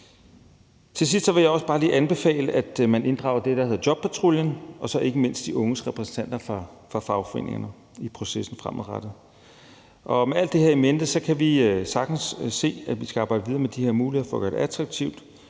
Til sidst vil jeg også bare lige anbefale, at man inddrager det, der hedder Jobpatruljen, og ikke mindst de unges repræsentanter for fagforeningerne i processen fremadrettet. Med alt det her i mente kan vi sagtens se, at vi skal arbejde videre med de her muligheder for at gøre det attraktivt,